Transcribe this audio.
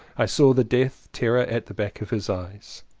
i saw the death terror at the back of his eyes.